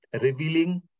revealing